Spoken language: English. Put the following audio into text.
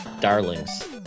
darlings